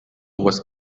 was